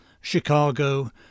Chicago